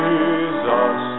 Jesus